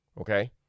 okay